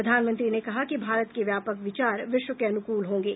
प्रधानमंत्री ने कहा कि भारत के व्यापक विचार विश्व के अनुकूल होंगे